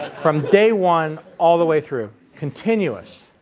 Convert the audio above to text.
from day one all the way through, continuous.